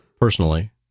Personally